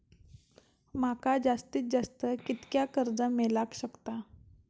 माका जास्तीत जास्त कितक्या कर्ज मेलाक शकता?